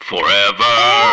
forever